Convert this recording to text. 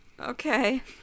Okay